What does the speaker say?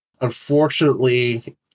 unfortunately